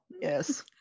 Yes